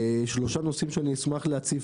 שלושה נושאים שאשמח להציף